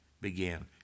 began